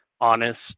honest